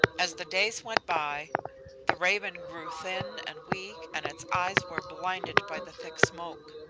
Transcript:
as the days went by the raven grew thin and weak and its eyes were blinded by the thick smoke,